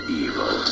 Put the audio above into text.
evil